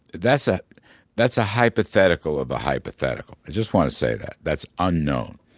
that's ah that's a hypothetical of a hypothetical. i just want to say that that's unknown.